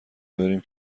بریم